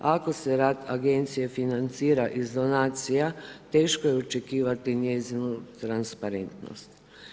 Ako se rad agencije financira iz donacija, teško je očekivati njezinu transparentnost.